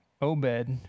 Obed